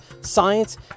Science